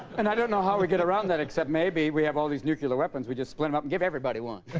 and i don't know how we get around that except, maybe we have all these nuclear weapons we just split em up and give everybody one